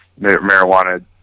marijuana